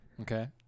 Okay